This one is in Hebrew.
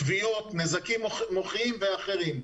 כוויות, נזקים מוחיים ואחרים.